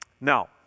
Now